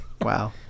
Wow